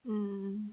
mm